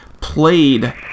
played